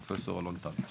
פרופ' אלון טל.